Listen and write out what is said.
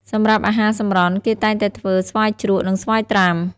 សម្រាប់អាហារសម្រន់ គេតែងតែធ្វើ ស្វាយជ្រក់ និង ស្វាយត្រាំ។